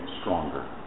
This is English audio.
stronger